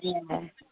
ए